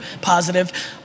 positive